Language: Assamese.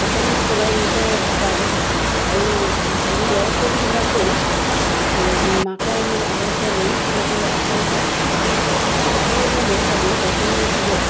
সুকলমে চলাই নিব পাৰে আৰু আৰু ল'ৰা ছোৱালীবিলাকেও মাকৰ মানে আদৰ্শ লৈ সিহঁতেও আগবাঢ়ি যোৱাত সহায় কৰে সেইবাবে মই ভাবোঁ বৰ্তমান যুগত